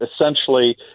essentially